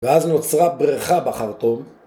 ואז נוצרה בריכה בחרטום